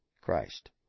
Christ